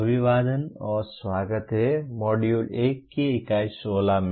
अभिवादन और स्वागत है मॉड्यूल 1 की इकाई 16 में